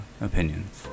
opinions